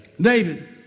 David